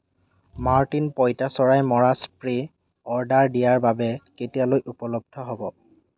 Mortein পঁইতাচোৰা মৰা spray order দিয়াৰ বাবে কেতিয়ালৈ উপলব্ধ হ'ব